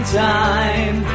time